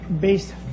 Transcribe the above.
based